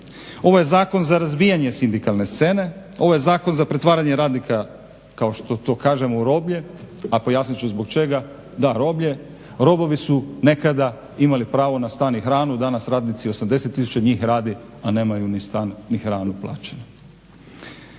ovo je zakon za razbijanje sindikalne scene, ovo je zakon za pretvaranje radnika kao što to kažemo u roblje, a pojasnit ću zbog čega. Da, roblje. Robovi su nekada imali pravo na stan i hranu, danas radnici, 80000 njih radi a nemaju ni stan ni hranu plaćenu.